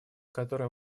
которым